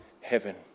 heaven